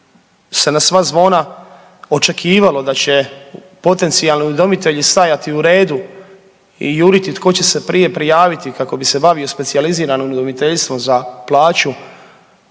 se na sva zvona očekivalo da će potencionalni udomitelji stajati u redu i juriti tko će se prije prijaviti kako bi se bavio specijaliziranim udomiteljstvom za plaću